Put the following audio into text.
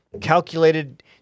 calculated